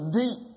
deep